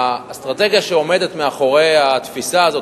האסטרטגיה שעומדת מאחורי התפיסה הזאת